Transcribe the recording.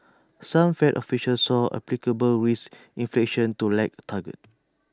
some fed officials saw applicable risk inflation to lag target